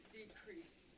decrease